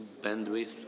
bandwidth